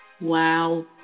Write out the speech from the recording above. Wow